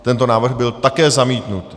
Tento návrh byl také zamítnut.